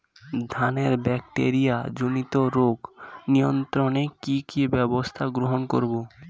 ধানের ব্যাকটেরিয়া জনিত রোগ নিয়ন্ত্রণে কি কি ব্যবস্থা গ্রহণ করব?